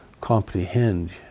comprehend